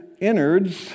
innards